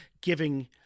giving